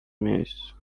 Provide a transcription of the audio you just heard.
miejsc